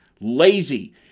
Lazy